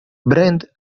brand